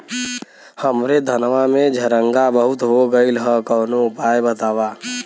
हमरे धनवा में झंरगा बहुत हो गईलह कवनो उपाय बतावा?